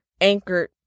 anchored